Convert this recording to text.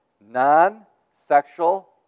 Non-sexual